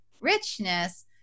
richness